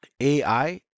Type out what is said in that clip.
AI